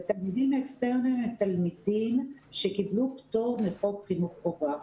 תלמידים אקסטרניים הם תלמידים שקיבלו פטור מחוק חינוך חובה.